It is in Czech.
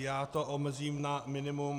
Já to omezím na minimum.